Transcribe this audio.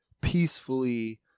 peacefully